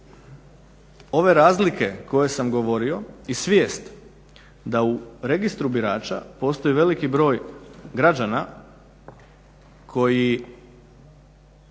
ove razlike koje sam govorio i svijest da u registru birača postoji veliki broj građana koji